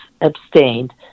abstained